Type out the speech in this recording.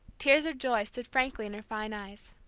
tears of joy stood frankly in her fine eyes.